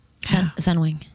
Sunwing